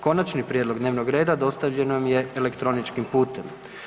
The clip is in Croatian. Konačni prijedlog dnevnog reda dostavljen vam je elektroničkim putem.